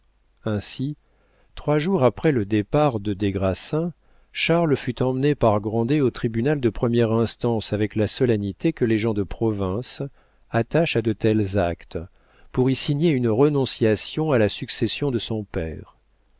ainsi trois jours après le départ de des grassins charles fut emmené par grandet au tribunal de première instance avec la solennité que les gens de province attachent à de tels actes pour y signer une renonciation à la succession de son père